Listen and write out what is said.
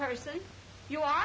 person you are